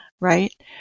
right